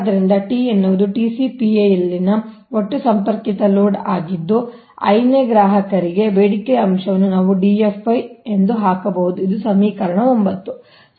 ಆದ್ದರಿಂದ T ಎನ್ನುವುದು TCPi ಯಲ್ಲಿನ ಒಟ್ಟು ಸಂಪರ್ಕಿತ ಲೋಡ್ ಆಗಿದ್ದು i ನೇ ಗ್ರಾಹಕರಿಗೆ ಬೇಡಿಕೆಯ ಅಂಶವನ್ನು ನಾವು DFi ಹಾಕಬಹುದು ಇದು ಸಮೀಕರಣ 9 ಆಗಿದೆ